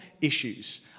issues